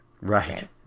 right